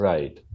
Right